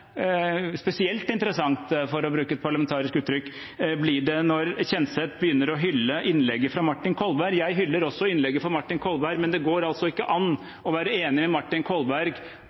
Spesielt interessant – for å bruke et parlamentarisk uttrykk – blir det når Kjenseth begynner å hylle innlegget til Martin Kolberg. Jeg hyller også innlegget til Kolberg, men det går altså ikke an å være enig med Martin Kolberg